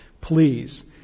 Please